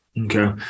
okay